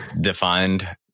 defined